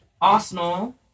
Arsenal